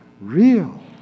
real